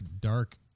dark